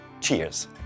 Cheers